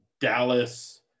Dallas